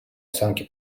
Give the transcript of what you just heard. оценки